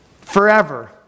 Forever